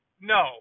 No